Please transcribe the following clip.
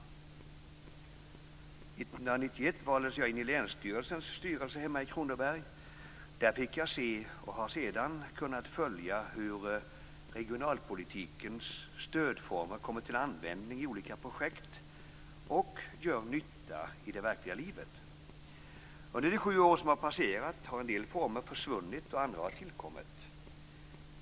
År 1991 valdes jag in i länsstyrelsens styrelse hemma i Kronoberg. Där fick jag se och har sedan kunnat följa hur regionalpolitikens stödformer kommer till användning i olika projekt och gör nytta i det verkliga livet. Under de sju år som har passerat har en del former försvunnit och andra har tillkommit.